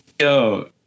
Yo